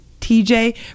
TJ